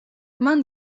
მან